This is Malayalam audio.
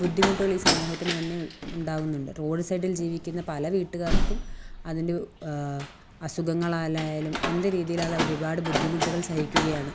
ബുദ്ധിമുട്ടുകൾ ഈ സമൂഹത്തിന് തന്നെ ഉണ്ടാവുന്നുണ്ട് റോഡ് സൈഡിൽ ജീവിക്കുന്ന പല വീട്ടുകാർക്കും അതിൻ്റെ അസുഖങ്ങളാലായാലും എന്ത് രീതിയിലായാലും അവര് ഒരുപാട് ബുദ്ധിമുട്ടുകൾ സഹിക്കുകയാണ്